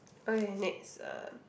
okay next uh